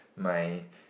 my